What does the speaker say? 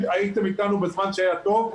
הייתם איתנו בזמן שהיה טוב,